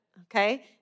okay